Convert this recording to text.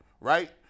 right